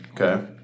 okay